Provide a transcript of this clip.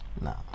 No